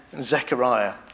Zechariah